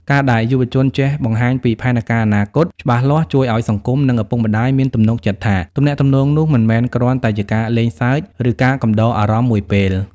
ការដែលយុវជនចេះបង្ហាញពី "ផែនការអនាគត" ច្បាស់លាស់ ជួយឱ្យសង្គម និងឪពុកម្ដាយមានទំនុកចិត្តថា ទំនាក់ទំនងនោះមិនមែនគ្រាន់តែជាការលេងសើច ឬការកំដរអារម្មណ៍មួយពេល។